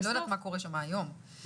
אני לא יודעת מה קורה היום במצרים,